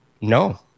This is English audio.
no